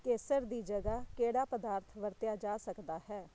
ਕੇਸਰ ਦੀ ਜਗ੍ਹਾ ਕਿਹੜਾ ਪਦਾਰਥ ਵਰਤਿਆ ਜਾ ਸਕਦਾ ਹੈ